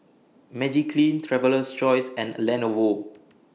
Magiclean Traveler's Choice and Lenovo